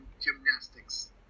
gymnastics